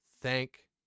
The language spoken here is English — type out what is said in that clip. Thank